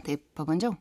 tai pabandžiau